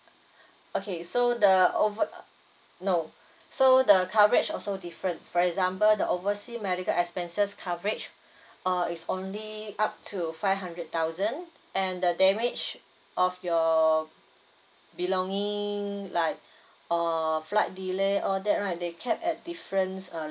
okay so the over uh no so the coverage also different for example the oversea medical expenses coverage uh is only up to five hundred thousand and the damage of your belongings like err flight delay all that right they cap at difference uh